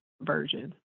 version